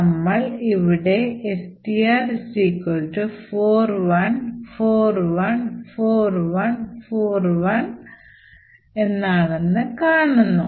നമ്മൾ ഇവിടെ STR 41414141 കാണുന്നു